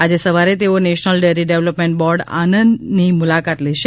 આજે સવારે તેઓ નેશનલ ડેરી ડેવલપમેન્ટ બોર્ડ આણંદની મુલાકાત લેશે